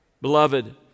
Beloved